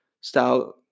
style